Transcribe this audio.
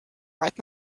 right